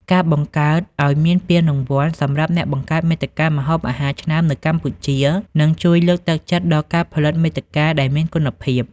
ការបង្កើតឱ្យមានពានរង្វាន់សម្រាប់អ្នកបង្កើតមាតិកាម្ហូបអាហារឆ្នើមនៅកម្ពុជា នឹងជួយលើកទឹកចិត្តដល់ការផលិតមាតិកាដែលមានគុណភាព។